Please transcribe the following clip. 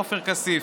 עופר כסיף.